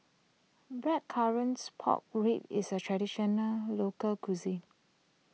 Blackcurrants Pork Ribs is a Traditional Local Cuisine